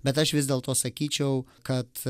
bet aš vis dėlto sakyčiau kad